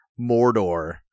Mordor